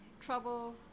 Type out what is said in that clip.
trouble